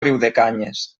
riudecanyes